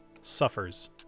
Suffers